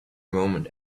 moment